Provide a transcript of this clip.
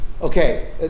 Okay